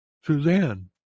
Suzanne